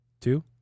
Two